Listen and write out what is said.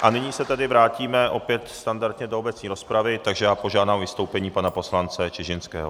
A nyní se tedy opět vrátíme standardně do obecné rozpravy, takže já požádám o vystoupení pana poslance Čižinského.